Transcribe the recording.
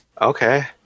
Okay